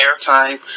airtime